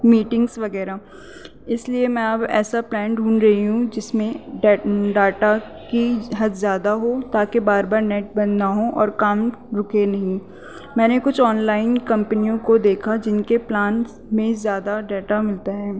meetings وغیرہ اس لیے میں اب ایسا پلان ڈھونڈ رہی ہوں جس میں ڈاٹا کی حد زیادہ ہو تاکہ بار بار نیٹ بند نہ ہو اور کام رکے نہیں میں نے کچھ آن لائن کمپنیوں کو دیکھا جن کے پلانس میں زیادہ ڈاٹا ملتا ہے